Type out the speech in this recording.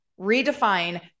Redefine